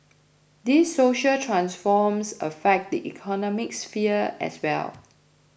these social transforms affect the economic sphere as well